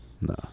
No